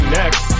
next